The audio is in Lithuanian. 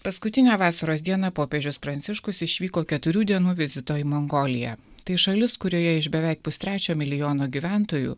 paskutinę vasaros dieną popiežius pranciškus išvyko keturių dienų vizito į mongoliją tai šalis kurioje iš beveik pustrečio milijono gyventojų